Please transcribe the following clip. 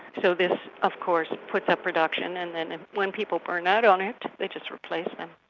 so this of course puts up production and then when people burn out on it they just replace them.